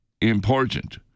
important